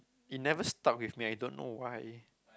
it never stuck with me I don't know why